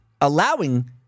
allowing